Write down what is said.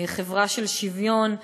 חברה של שוויון,